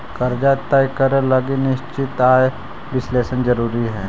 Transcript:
कर्जा तय करे लगी निश्चित आय विश्लेषण जरुरी हई